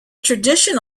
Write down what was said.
tradition